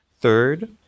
Third